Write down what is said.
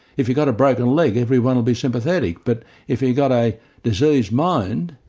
if you've got a broken leg everyone will be sympathetic but if you've got a diseased mind,